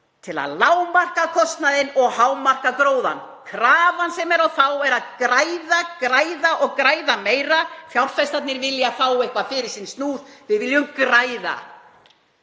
til að lágmarka kostnaðinn og hámarka gróðann. Krafan sem er á þá er að græða, græða og græða meira: Fjárfestarnir vilja fá eitthvað fyrir sinn snúð, við viljum græða.